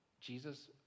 Jesus